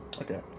Okay